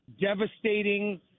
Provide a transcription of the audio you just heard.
devastating